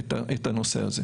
שלושתנו, ארבעתנו בעצם.